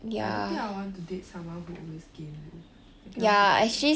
I don't think I want to date someone who always game though I cannot take it leh